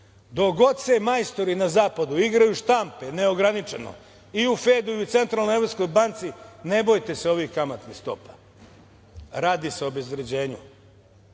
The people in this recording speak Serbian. Dok god se majstori na zapadu igraju štampe, neograničeno i u FED-u i u Centralnoj evropskoj banci, ne bojte se ovih kamatnih stopa. Radi se o obezvređenju. Druga